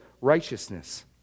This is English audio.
righteousness